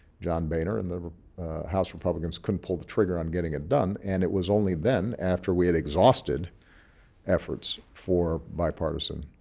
john boehner and the house republicans couldn't pull the trigger on getting it done. and it was only then, after we had exhausted efforts for bipartisan